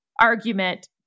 argument